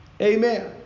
Amen